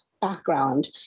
background